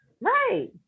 Right